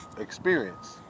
experience